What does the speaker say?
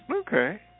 Okay